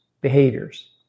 behaviors